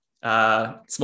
small